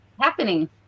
happening